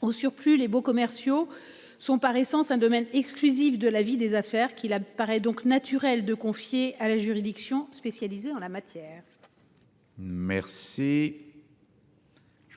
Au surplus les baux commerciaux sont par essence un domaine exclusif de la vie des affaires, qui a paraît donc naturel de confier à la juridiction spécialisée en la matière. Merci.